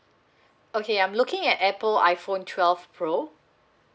okay I'm looking at apple iphone twelve pro